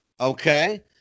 Okay